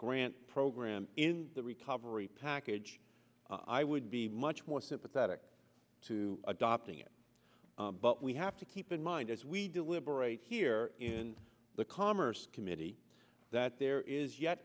grant program in the recovery package i would be much more sympathetic to adopting it but we have to keep in mind as we deliberate here in the commerce committee that there is yet